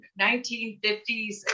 1950s